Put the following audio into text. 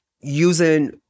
using